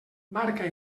barca